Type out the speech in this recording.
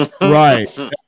right